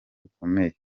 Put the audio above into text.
bukomeye